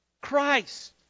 Christ